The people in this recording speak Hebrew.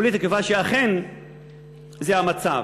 כולי תקווה שאכן זה המצב.